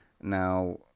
now